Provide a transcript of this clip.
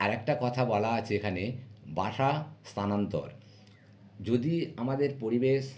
আর একটা কথা বলার আছে এখানে বাসা স্থানান্তর যদি আমাদের পরিবেশ